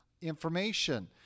information